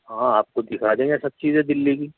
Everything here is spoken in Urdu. ہاں آپ کو دکھا دیں گا سب چیزیں دِلّی کی